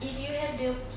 if you have the